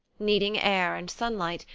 needing air and sunlight,